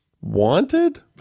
Wanted